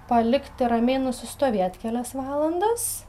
palikti ramiai nusistovėt kelias valandas